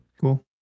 Cool